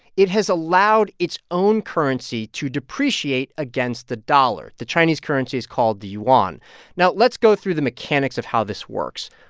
it has allowed its own currency to depreciate against the dollar. the chinese currency is called the yuan now, let's go through the mechanics of how this works.